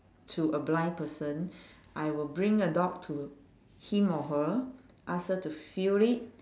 to a blind person I will bring the dog to him or her ask her to feel it